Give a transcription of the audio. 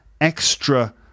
extra